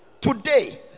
today